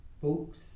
books